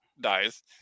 dies